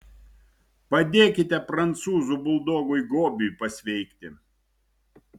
padėkite prancūzų buldogui gobiui pasveikti